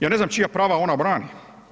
Ja ne znam čija prava ona brani.